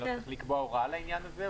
אם לא צריך לקבוע הוראה לעניין הזה,